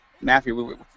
matthew